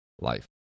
life